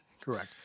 correct